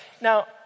Now